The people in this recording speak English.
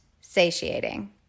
satiating